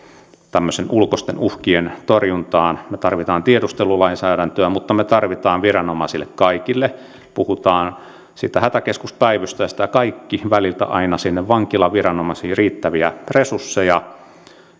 tämmöisten ulkoisten uhkien torjuntaan me tarvitsemme tiedustelulainsäädäntöä mutta me tarvitsemme myös viranomaisille kaikille puhutaan hätäkeskuspäivystäjästä ja kaikista siltä väliltä aina vankilaviranomaisiin riittäviä resursseja